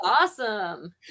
awesome